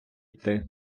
йти